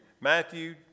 Matthew